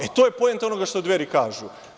E, to je poenta onoga što Dveri kažu.